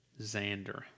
Xander